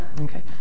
Okay